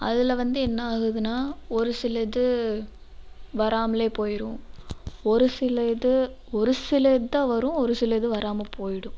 அதில் வந்து என்ன ஆகுதுன்னால் ஒரு சில இது வராமலே போய்டும் ஒரு சில இது ஒரு சிலதுதான் வரும் ஒரு சில இது வராமல் போய்டும்